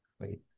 Wait